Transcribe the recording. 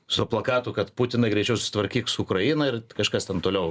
su plakatu kad putinai greičiau susitvarkyk su ukraina ir kažkas ten toliau